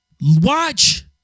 Watch